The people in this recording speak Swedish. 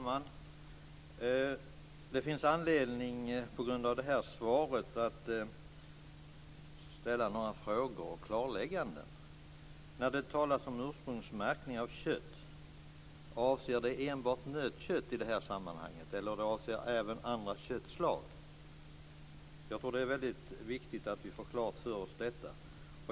Fru talman! Med tanke på det här svaret finns det anledning ställa några frågor för att få vissa klarlägganden. När det talas om ursprungsmärkning av kött, avses enbart nötkött eller avses även andra köttslag? Det vore väldigt viktigt om vi fick detta klart för oss.